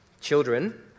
children